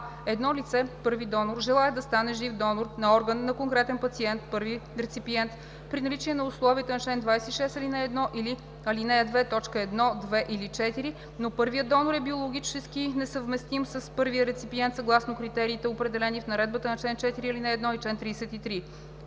едно лице (първи донор) желае да стане жив донор на орган на конкретен пациент (първи реципиент) при наличие на условията на чл. 26, ал. 1 или ал. 2, т. 1, 2 или 4, но първият донор е биологически несъвместим с първия реципиент съгласно критериите по наредбите по чл. 4, ал. 1 и чл. 33;